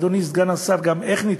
אדוני סגן השר, איך נדחו?